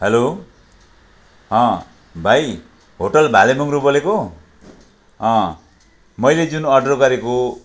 hello अँ भाइ hotel Bhalemungro बोलेको मैले जुन अर्डर गरेको